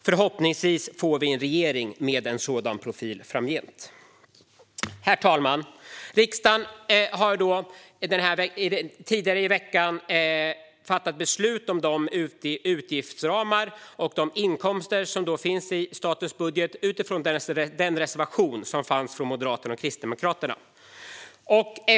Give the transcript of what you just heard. Förhoppningsvis får vi en regering med en sådan profil framgent. Herr talman! Riksdagen har tidigare i veckan fattat beslut om utgiftsramar och inkomster i statens budget utifrån Moderaternas och Kristdemokraternas reservation.